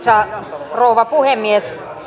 arvoisa rouva puhemies